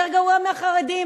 יותר גרוע מהחרדים.